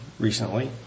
recently